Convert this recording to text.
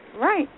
Right